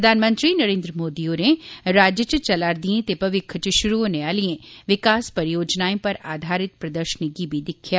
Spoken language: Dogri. प्रधानमंत्री नरेन्द्र मोदी होरें राज्य च चलादिएं ते भविक्ख च शुरू होने आलिएं विकास परियोजनाएं पर आधारित प्रदर्शनी गी बी दिक्खेआ